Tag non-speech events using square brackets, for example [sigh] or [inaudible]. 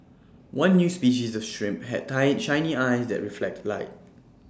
one new species of shrimp had [unintelligible] shiny eyes that reflect light